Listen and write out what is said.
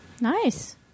Nice